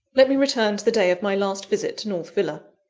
let me return to the day of my last visit to north villa.